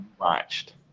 watched